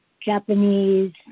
Japanese